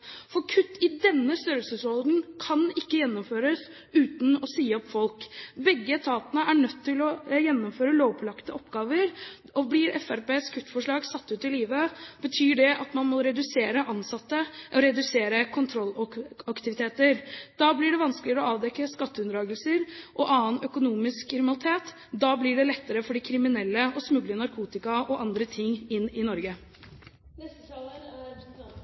Kutt i denne størrelsesordenen kan ikke gjennomføres uten å si opp folk. Begge etatene er nødt til å gjennomføre lovpålagte oppgaver, og blir Fremskrittspartiets kuttforslag satt ut i livet, betyr det at man må redusere antallet ansatte og redusere kontrollaktiviteter. Da blir det vanskeligere å avdekke skatteunndragelser og annen økonomisk kriminalitet. Da blir det lettere for de kriminelle å smugle narkotika og andre ting inn i